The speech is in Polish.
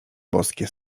boskie